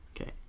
Okay